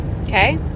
okay